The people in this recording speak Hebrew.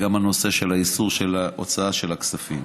גם הנושא של איסור ההוצאה של כספים,